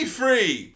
free